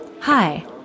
Hi